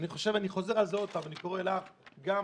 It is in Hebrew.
אני חוזר על זה עוד פעם: אני קורא לך גם